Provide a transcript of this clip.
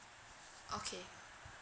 okay